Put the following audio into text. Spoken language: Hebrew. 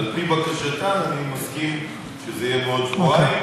אז על פי בקשתן אני מסכים שזה יהיה בעוד שבועיים,